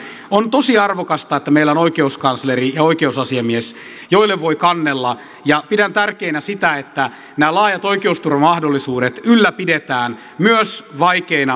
on tosi arvokasta että meillä on oikeuskansleri ja oikeusasiamies joille voi kannella ja pidän tärkeänä sitä että nämä laajat oikeusturvamahdollisuudet ylläpidetään myös vaikeina taloudellisina aikoina